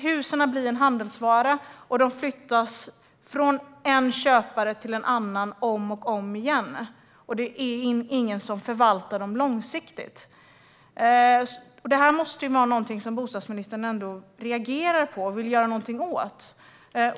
Husen blir en handelsvara som flyttas från en köpare till en annan om och om igen, och ingen förvaltar husen långsiktigt. Det här måste vara något som bostadsministern reagerar på och vill göra någonting åt.